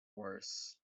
worse